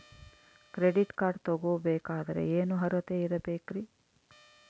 Credit card ತೊಗೋ ಬೇಕಾದರೆ ಏನು ಅರ್ಹತೆ ಇರಬೇಕ್ರಿ?